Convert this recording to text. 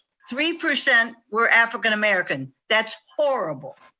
three percent were african american, that's horrible.